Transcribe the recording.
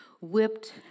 whipped